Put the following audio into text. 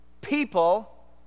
people